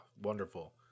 wonderful